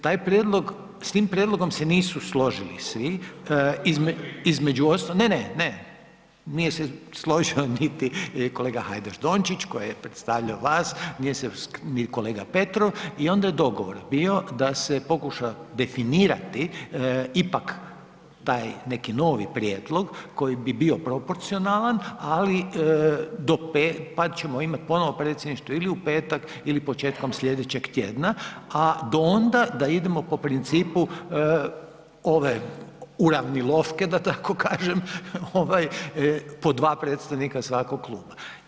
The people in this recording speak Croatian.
Taj prijedlog, s tim prijedlogom se nisu složili svi, između ostalog ne ne, ne nije se složio niti kolega Hajdaš Dončić koji je predstavljao vas, nije se ni kolega Petrov i onda je dogovor bio da se pokuša definirati ipak taj neki novi prijedlog koji bi bio proporcionalan, pa ćemo imati ponovo predsjedništvo ili u petak ili početkom sljedećeg tjedna, a do onda da idemo po principu ove Uravnilovke da tako kažem, po dva predstavnika svakog kluba.